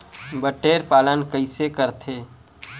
बटेर पालन कइसे करथे?